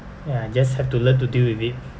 ya you just have to learn to deal with it